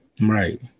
right